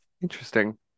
Interesting